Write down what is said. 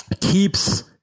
keeps